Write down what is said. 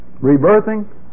Rebirthing